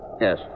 Yes